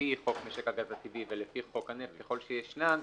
לפי חוק המשק הגז הטבעי ולפי חוק הנפט ככל שישנן,